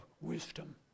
wisdom